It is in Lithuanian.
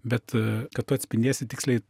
bet kad tu atspindėsi tiksliai